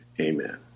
amen